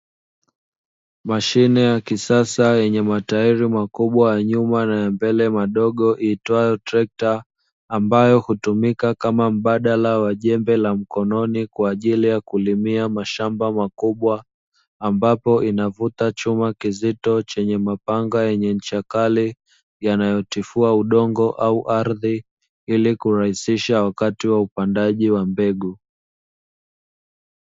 Mashine ya kisasa yenye matairi makubwa ya nyuma na ya mbele madogo iitwayo trekta, ambayo hutumika kama mbadala wa jembe la mkononi kwa ajili ya kulimia mashamba makubwa, ambapo inavuta chuma kizito chenye mapanga yenye ncha kali yanayotifua udongo au ardhi ili kurahisisha wakati wa upandaji wa mbegu.